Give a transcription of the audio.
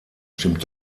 stimmt